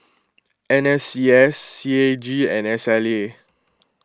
N S C S C A G and S L A